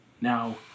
Now